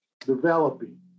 developing